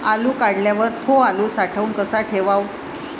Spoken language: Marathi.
आलू काढल्यावर थो आलू साठवून कसा ठेवाव?